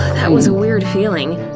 that was a weird feeling.